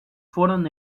fueron